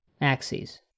axes